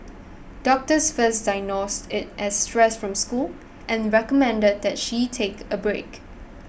doctors first diagnosed it as stress from school and recommended that she take a break